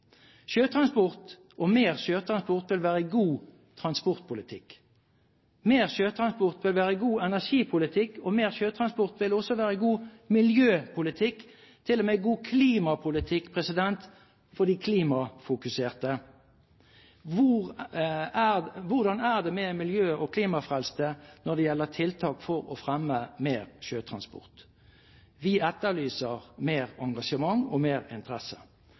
Mer sjøtransport vil være god transportpolitikk. Mer sjøtransport vil være god energipolitikk, og mer sjøtransport vil også være god miljøpolitikk – til og med god klimapolitikk for de klimafokuserte. Hvordan er det med de miljø- og klimafrelste når det gjelder tiltak for å fremme mer sjøtransport? Vi etterlyser mer engasjement og mer interesse.